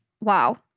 Wow